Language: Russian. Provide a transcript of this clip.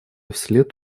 вслед